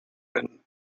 been